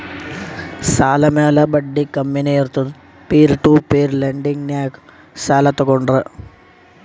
ಸಾಲ ಮ್ಯಾಲ ಬಡ್ಡಿ ಕಮ್ಮಿನೇ ಇರ್ತುದ್ ಪೀರ್ ಟು ಪೀರ್ ಲೆಂಡಿಂಗ್ನಾಗ್ ಸಾಲ ತಗೋಂಡ್ರ್